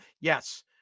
Yes